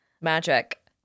Magic